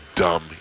Dumb